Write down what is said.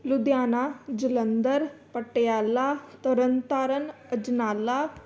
Ludhiana Jalandhar Patiala Tarn Taran Ajnala